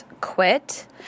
quit